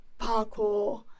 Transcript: parkour